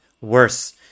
worse